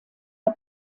der